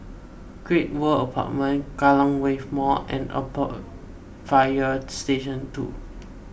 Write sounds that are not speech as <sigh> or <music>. Great World Apartments Kallang Wave Mall and <unintelligible> Fire Station two